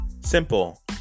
Simple